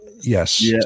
Yes